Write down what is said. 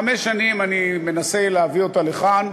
חמש שנים אני מנסה להביא אותה לכאן.